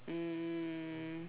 um